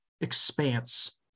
expanse